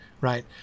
right